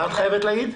מה את חייבת להגיד?